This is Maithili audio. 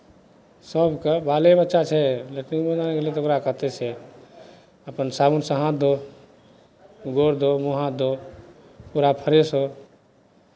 सभकेँ बालेबच्चा छै लेट्रिंगमे जेना गेलै ओकरा कहतै से अपन साबुनसँ हाथ धो गोर धो मुँह हाथ धो पूरा फ्रेस हो